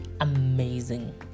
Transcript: amazing